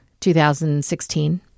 2016